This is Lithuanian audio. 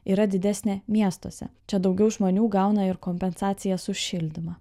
yra didesnė miestuose čia daugiau žmonių gauna ir kompensacijas už šildymą